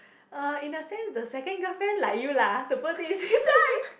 uh in a sense the second girlfriend like you lah the poor thing